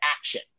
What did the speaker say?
action